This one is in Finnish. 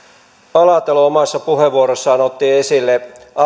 alatalo omassa puheenvuorossaan otti esille